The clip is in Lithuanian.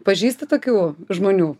pažįsti tokių žmonių